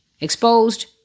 exposed